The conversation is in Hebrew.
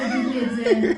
איציק דניאל, בבקשה.